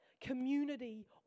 Community